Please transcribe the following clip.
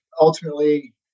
ultimately